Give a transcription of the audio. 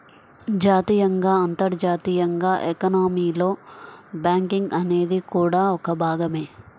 జాతీయంగా, అంతర్జాతీయంగా ఎకానమీలో బ్యాంకింగ్ అనేది కూడా ఒక భాగమే